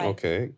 Okay